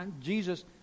Jesus